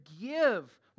give